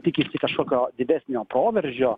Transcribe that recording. tikisi kažkokio didesnio proveržio